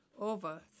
over